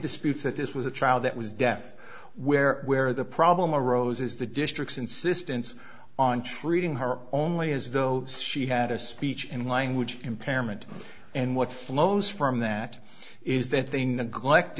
disputes that this was a child that was deaf where where the problem arose is the district's insistence on treating her only as though she had a speech and language impairment and what flows from that is that th